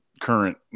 current